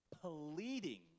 pleading